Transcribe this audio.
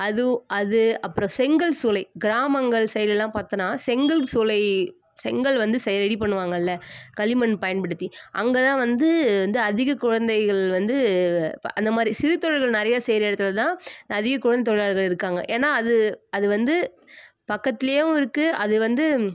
அது அது அப்புறம் செங்கல் சூளை கிராமங்கள் சைடுலலாம் பார்த்தோன்னா செங்கல் சூளை செங்கல் வந்து செய்ய ரெடி பண்ணுவாங்கள்ல களிமண் பயன்படுத்தி அங்கே தான் வந்து வந்து அதிக குழந்தைகள் வந்து அந்தமாதிரி சிறு தொழில்கள் நிறையா செய்கிற இடத்துல தான் அதிக குழந்தை தொழிலாளர்கள் இருக்காங்க ஏன்னா அது அது வந்து பக்கத்துலேயும் இருக்குது அது வந்து